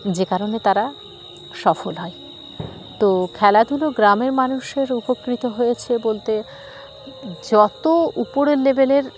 যে কারণে তারা সফল হয় তো খেলাধুলো গ্রামের মানুষের উপকৃত হয়েছে বলতে যত উপরের লেভেলের